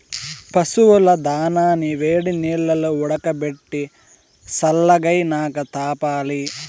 పశువుల దానాని వేడినీల్లో ఉడకబెట్టి సల్లగైనాక తాపాలి